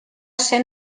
ser